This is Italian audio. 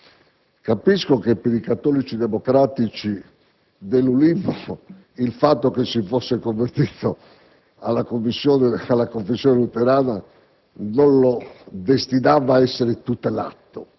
Capisco che per i cattolici democratici dell'Ulivo il fatto che questi si fosse convertito alla confessione luterana non lo destinava a essere tutelato;